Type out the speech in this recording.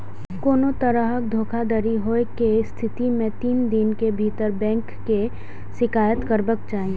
कोनो तरहक धोखाधड़ी होइ के स्थिति मे तीन दिन के भीतर बैंक के शिकायत करबाक चाही